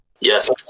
Yes